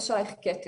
יש עלייך כתם.